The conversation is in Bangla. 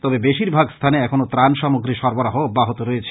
তবে বেশীরভাগ স্থানে এখনও ত্রান সামগ্রী সরবরাহ অব্যাহত রয়েছে